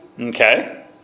Okay